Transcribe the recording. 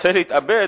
רוצה להתאבד,